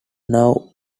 now